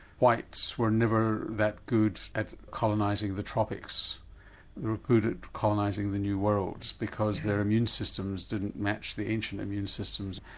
whites were never that good at colonising the tropics they were good at colonising the new worlds because their immune systems didn't match the ancient immune systems.